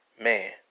Man